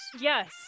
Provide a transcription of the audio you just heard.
Yes